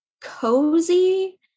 cozy